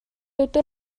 өдөр